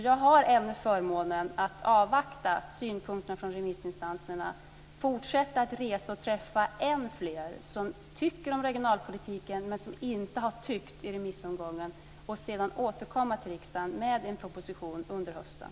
Jag har ännu förmånen att avvakta synpunkterna från remissinstanserna och att fortsätta att resa och träffa ännu fler som tycker saker om regionalpolitiken, men som inte har tyckt i remissomgången. Sedan ska jag återkomma till riksdagen med en proposition under hösten.